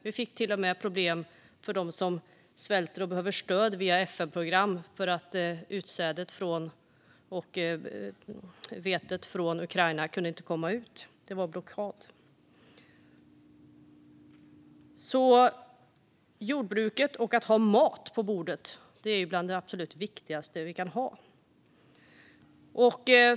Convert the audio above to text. Vi fick till och med problem när det gäller de som svälter och behöver stöd via FN-program, för utsädet - vetet - från Ukraina kunde inte komma ut. Det var en blockad. Jordbruket och att ha mat på bordet är bland det absolut viktigaste som finns.